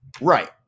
Right